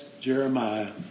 Jeremiah